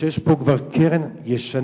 כשיש פה כבר קרן ישנה.